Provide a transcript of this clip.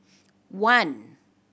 one